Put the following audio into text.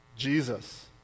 Jesus